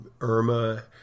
Irma